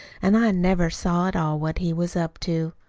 an' i never saw at all what he was up to.